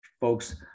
folks